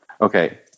Okay